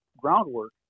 groundwork